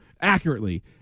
accurately